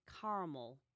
caramel